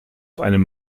einem